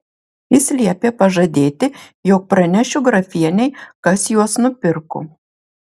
jis liepė pažadėti jog pranešiu grafienei kas juos nupirko